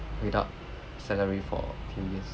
without salary for few years